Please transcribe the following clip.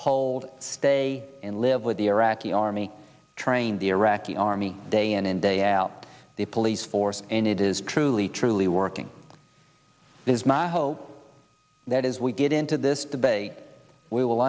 hold stay in live with the iraqi army train the iraqi army day in and day out a police force and it is truly truly working this is my hope that as we get into this debate we will